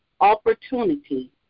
opportunity